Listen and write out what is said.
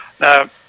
Now